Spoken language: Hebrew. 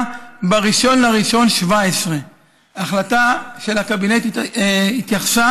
ב-1 בינואר 2017. ההחלטה של הקבינט התייחסה,